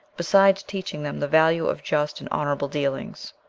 besides teaching them the value of just and honorable dealings.